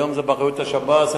היום זה באחריות השב"ס.